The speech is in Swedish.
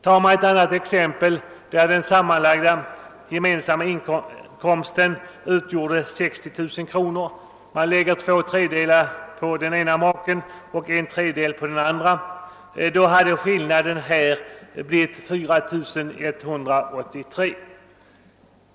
Låt mig ta det exemplet att den sammanlagda gemensamma inkomsten utgör 60 000 kr. och två tredjedelar härav lägges på den ena maken och en tredjedel på den andra, hade skillnaden blivit 4183 kr.